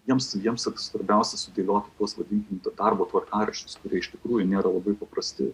jiems jiems svarbiausia sudėlioti tuos vadinkim darbo tvarkaraščius kurie iš tikrųjų nėra labai paprasti